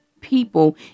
people